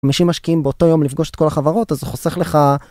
אנשים משקיעים באותו יום לפגוש את כל החברות, אז זה חוסך לך.